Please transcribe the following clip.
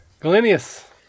Galenius